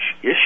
issue